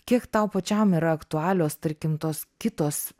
kiek tau pačiam yra aktualios tarkim tos kitos